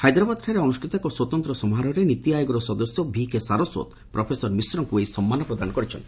ହାଇଦ୍ରାବାଦଠାରେ ଅନୁଷ୍ଷିତ ଏକ ସ୍ୱତନ୍ତ ସମାରୋହରେ ନୀତି ଆୟୋଗର ସଦସ୍ୟ ଭିକେ ସାରସ୍ୱତ ପ୍ରଫେସର ମିଶ୍ରଙ୍କୁ ଏହି ସମ୍ମାନ ପ୍ରଦାନ କରିଛନ୍ତି